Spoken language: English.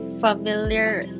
familiar